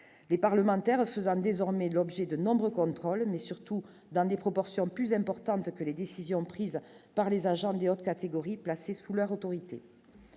les parlementaires faisant désormais l'objet de nombreux contrôles mais surtout dans des proportions plus importantes que les décisions prises par les agents de autre catégorie placés sous leur autorité,